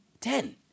Ten